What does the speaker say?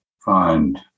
find